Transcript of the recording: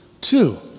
Two